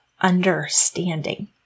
understanding